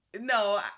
No